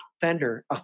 fender